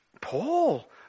Paul